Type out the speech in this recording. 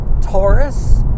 Taurus